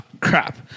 crap